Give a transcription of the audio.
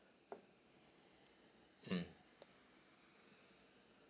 mm